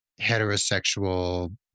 heterosexual